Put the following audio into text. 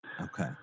Okay